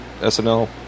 SNL